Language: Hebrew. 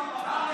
חברי הכנסת,